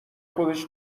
خودش